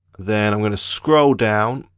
then i'm gonna scroll down